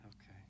Okay